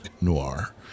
Noir